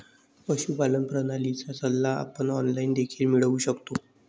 पशुपालन प्रणालीचा सल्ला आपण ऑनलाइन देखील मिळवू शकतो